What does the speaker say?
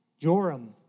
Joram